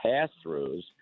pass-throughs